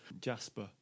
Jasper